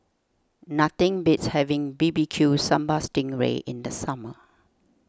nothing beats having B B Q Sambal Sting Ray in the summer